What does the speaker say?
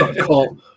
Call